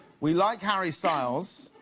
we like harry stiles.